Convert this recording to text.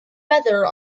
feather